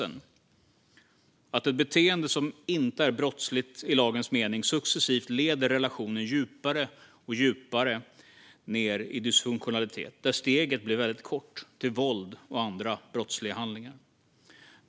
Det är ett beteende som inte är brottsligt i lagens mening men som successivt leder relationen djupare och djupare ned i dysfunktionalitet, där steget blir väldigt kort till våld och andra brottsliga handlingar.